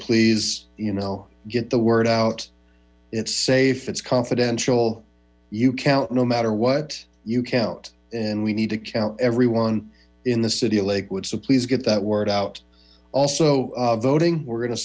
please you know get the word out it's safe it's confidential you count no matter what you count and we need to count everyone in the city of lakewood so please get that word out also voting we're go